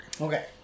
Okay